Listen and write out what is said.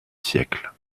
siècle